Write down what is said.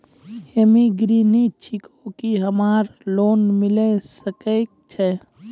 हम्मे गृहिणी छिकौं, की हमरा लोन मिले सकय छै?